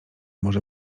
może